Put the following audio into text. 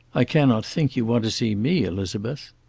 i cannot think you want to see me, elizabeth.